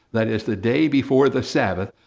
that is, the day before the sabbath,